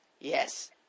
Yes